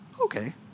Okay